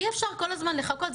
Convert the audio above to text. אי אפשר כל הזמן לחכות,